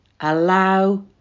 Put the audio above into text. Allow